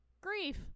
grief